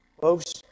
Folks